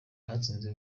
hatsinze